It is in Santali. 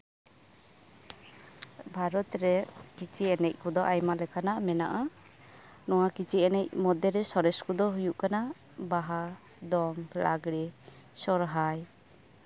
ᱵᱷᱟᱨᱚᱛ ᱨᱮ ᱠᱤᱪᱤᱭᱟᱹ ᱮᱱᱮᱡ ᱠᱚᱫᱚ ᱟᱭᱢᱟ ᱞᱮᱠᱟᱱᱟᱜ ᱢᱮᱱᱟᱜᱼᱟ ᱱᱚᱶᱟ ᱠᱤᱪᱤᱭᱟᱹ ᱮᱱᱮᱡ ᱢᱚᱫᱽᱫᱷᱮ ᱨᱮ ᱥᱚᱨᱮᱥ ᱠᱚᱫᱚ ᱦᱳᱭᱳᱜ ᱠᱟᱱᱟ ᱵᱟᱦᱟ ᱫᱚᱝ ᱞᱟᱜᱽᱬᱮ ᱥᱚᱨᱦᱟᱭ